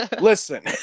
Listen